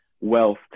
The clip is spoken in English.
wealth